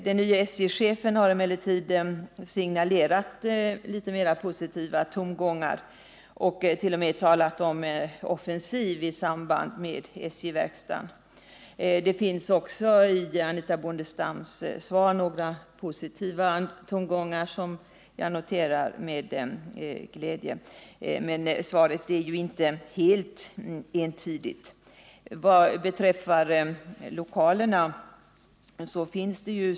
Den nye SJ-chefen har emellertid signalerat litet mer positiva tongångar och t.o.m. talat om en offensiv i samband med SJ-verkstaden. Det finns också i Anitha Bondestams svar några positiva tongångar, som jag noterar med glädje, men svaret är inte helt entydigt.